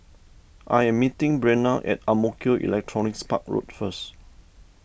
I am meeting Breanna at Ang Mo Kio Electronics Park Road first